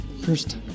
first